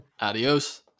adios